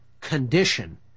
condition